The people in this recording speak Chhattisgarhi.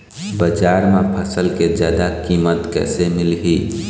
बजार म फसल के जादा कीमत कैसे मिलही?